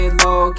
low